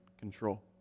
control